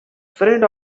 friend